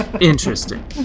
Interesting